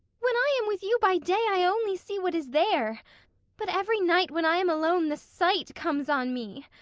when i am with you by day i only see what is there but every night when i am alone the sight comes on me.